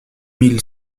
mille